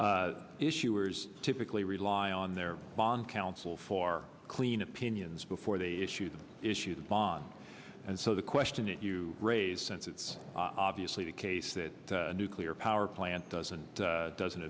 issuers typically rely on their bond counsel for clean opinions before they issue to issue the bond and so the question that you raise since it's obviously the case that nuclear power plant doesn't doesn't